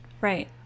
Right